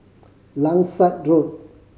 Langsat Road